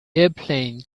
airplane